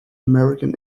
american